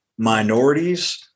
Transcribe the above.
minorities